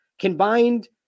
combined